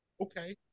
Okay